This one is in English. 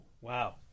Wow